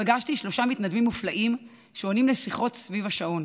פגשתי שלושה מתנדבים מופלאים שעונים לשיחות סביב השעון.